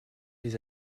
des